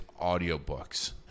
audiobooks